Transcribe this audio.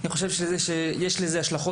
אם הכתבה